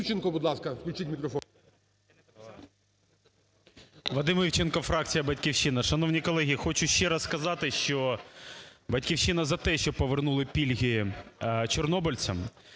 Вадим Івченко, фракція "Батьківщина". Шановні колеги, хочу ще раз сказати, що "Батьківщина" за те, щоб повернули пільги чорнобильцям.